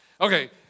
Okay